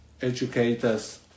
educators